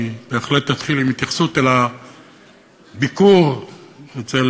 אני בהחלט אתחיל בהתייחסות לביקור אצל